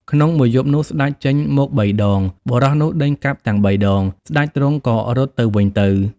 ក្នុង មួយយប់នោះស្ដេចចេញមក៣ដង បុរសនោះដេញកាប់ទាំង៣ដង ស្តេចទ្រង់ក៏រត់ទៅវិញទៅ។